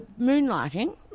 Moonlighting